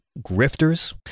grifters